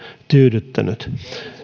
tyydyttänyt